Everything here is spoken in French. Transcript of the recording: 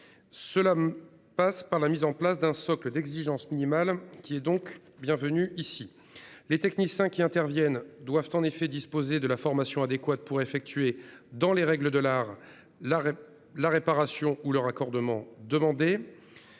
Cela passe par la mise en place d'un socle d'exigences minimales, lequel est donc bienvenu dans ce texte. Les techniciens qui interviennent doivent en effet disposer d'une formation adéquate pour effectuer « dans les règles de l'art » la réparation ou le raccordement requis.